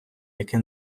яке